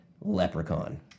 Leprechaun